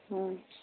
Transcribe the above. उम